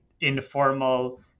informal